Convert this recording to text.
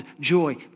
joy